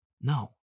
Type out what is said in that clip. No